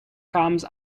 comes